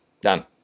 Done